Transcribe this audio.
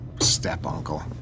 Step-uncle